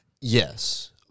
Yes